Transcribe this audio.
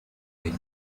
belle